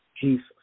Jesus